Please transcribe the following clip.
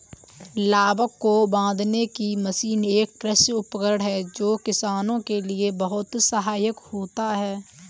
लावक को बांधने की मशीन एक कृषि उपकरण है जो किसानों के लिए बहुत सहायक होता है